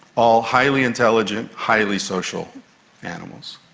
all highly intelligent, highly social animals.